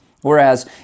Whereas